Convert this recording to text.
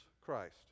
Christ